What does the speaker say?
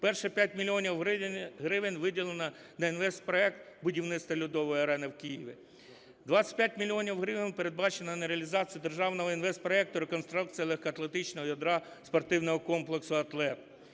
Перші 5 мільйонів гривень виділено на інвестпроект будівництва "Льодової арени" в Києві. 25 мільйонів гривень передбачено на реалізацію державного інвестпроекту "Реконструкція легкоатлантичного ядра спортивного комплексу "Атлет"".